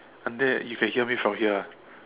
until that you can hear my from here ah